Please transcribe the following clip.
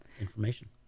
information